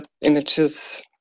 images